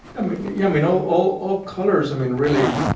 ah mean yeah mean all all ah colors i mean really,